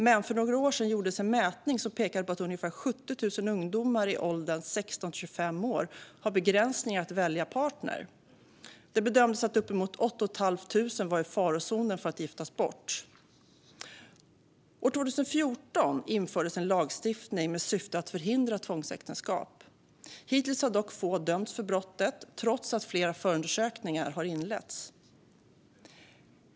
Men för några år sedan gjordes en mätning som pekade på att ungefär 70 000 ungdomar i åldern 16-25 år har begränsningar i partnerval. Det bedömdes att uppemot 8 500 var i farozonen för att giftas bort. År 2014 infördes en lagstiftning med syftet att förhindra tvångsäktenskap. Hittills har dock få dömts för brottet, trots att flera förundersökningar har inletts.